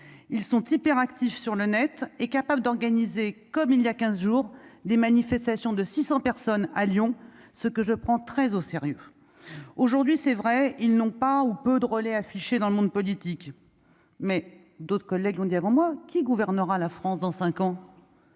ils sont hyper actif sur le net est capable d'organiser comme il y a 15 jours, des manifestations de 600 personnes à Lyon, ce que je prends très au sérieux, aujourd'hui, c'est vrai, ils n'ont pas ou peu de relais affichée dans le monde politique, mais d'autres collègues l'ont dit avant moi qui gouvernera la France dans 5 ans,